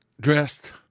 dressed